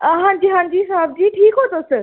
हांजी हांजी साह्ब जी ठीक ओ तुस